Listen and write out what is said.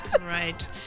right